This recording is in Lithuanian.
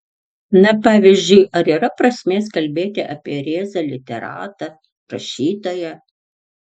na pavyzdžiui ar yra prasmės kalbėti apie rėzą literatą rašytoją